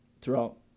throughout